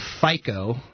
FICO